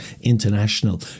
international